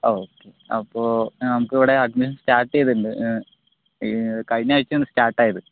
okay അപ്പോൾ നമുക്കിവിടെ admission start ചെയ്തിട്ടുണ്ട് കഴിഞ്ഞയാഴ്ചയാണ് സ്റ്റാർട്ടായത്